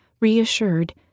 Reassured